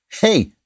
Hey